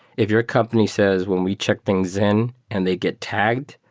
if your company says, when we check things in and they get tagged,